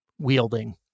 wielding